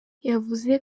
yavuze